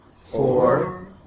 four